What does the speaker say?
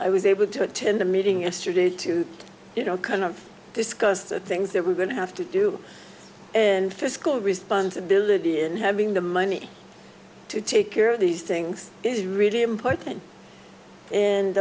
i was able to attend the meeting yesterday to you know kind of discuss the things that we're going to have to do and fiscal responsibility and having the money to take care of these things is really important